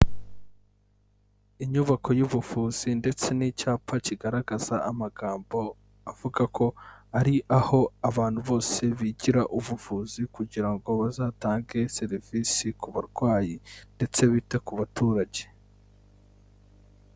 Inyubako y'ubuvuzi ndetse n'icyapa kigaragaza amagambo avuga ko ari aho abantu bose bigira ubuvuzi kugira ngo bazatange serivisi ku barwayi ndetse bite ku baturage.